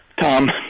Tom